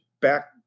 back